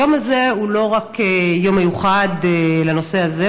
היום הזה הוא לא רק יום מיוחד לנושא הזה,